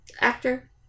actor